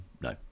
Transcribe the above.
no